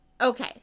Okay